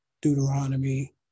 Deuteronomy